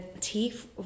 teeth